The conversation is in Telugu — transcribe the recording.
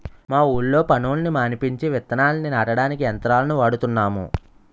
మా ఊళ్ళో పనోళ్ళని మానిపించి విత్తనాల్ని నాటడానికి యంత్రాలను వాడుతున్నాము